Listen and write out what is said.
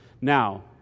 Now